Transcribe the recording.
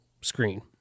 screen